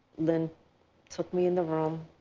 lynne took me in the room,